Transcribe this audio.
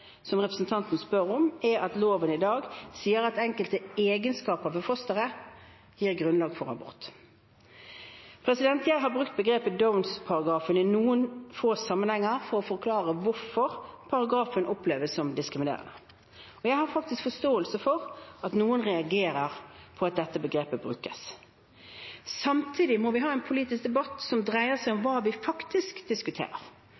som representanten spør om, er at loven i dag sier at enkelte egenskaper ved fosteret gir grunnlag for abort. Jeg har brukt begrepet «downs-paragrafen» i noen få sammenhenger for å forklare hvorfor paragrafen oppleves som diskriminerende. Jeg har faktisk forståelse for at noen reagerer på at dette begrepet brukes. Samtidig må vi ha en politisk debatt som dreier seg om hva vi faktisk diskuterer,